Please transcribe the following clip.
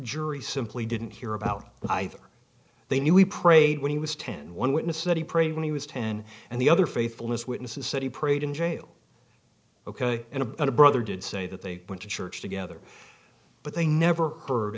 jury simply didn't hear about either they knew we prayed when he was ten and one witness said he prayed when he was ten and the other faithfulness witnesses said he prayed in jail ok and a brother did say that they went to church together but they never heard